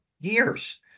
years